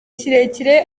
kirekire